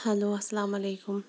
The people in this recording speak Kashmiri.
ہیلو السَلامُ علیکُم